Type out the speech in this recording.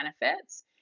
benefits